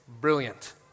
brilliant